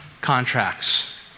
contracts